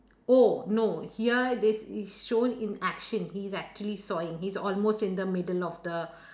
oh no here this is shown in action he is actually sawing he's almost in the middle of the